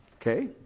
Okay